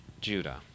Judah